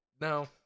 No